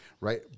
Right